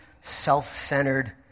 self-centered